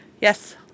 Yes